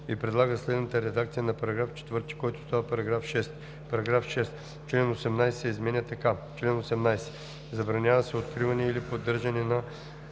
и предлага следната редакция на § 4, който става § 6: „§ 6. Член 18 се изменя така: „Чл. 18. Забранява се откриване или поддържане на